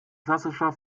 klassischer